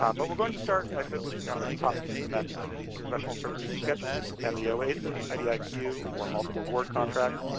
um but we're going to start by focusing on the top two methods the professional services schedule and the oasis idiq like or multiple award contract.